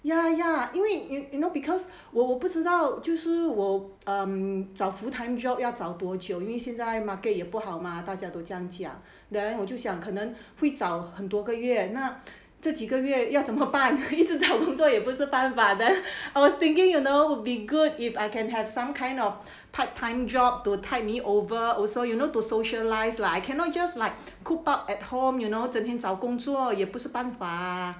ya ya 因为 you you know because 我我不知道就是我 um 找 full time job 要找多久因为现在 market 也不好 mah 大家都这样讲 then 我就想可能会找很多个月那这几个月要怎么办一直找工作也不是办法 then I was thinking you know it'd be good if I can have some kind of part time job to tide me over also you know to socialise lah I cannot just like cooped up at home you know 整天找工作也不是办法